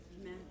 amen